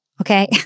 okay